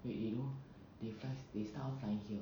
wait you know they flies they start of flying here